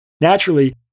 Naturally